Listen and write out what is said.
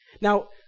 Now